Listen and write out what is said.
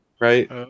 Right